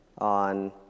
on